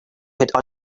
had